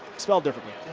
spelled differently.